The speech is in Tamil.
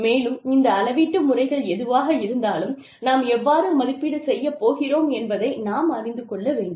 மேலும் இந்த அளவீட்டு முறைகள் எதுவாக இருந்தாலும் நாம் எவ்வாறு மதிப்பீடு செய்யப் போகிறோம் என்பதை நாம் அறிந்து கொள்ள வேண்டும்